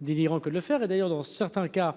délirant que le faire et d'ailleurs, dans certains cas,